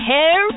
Hair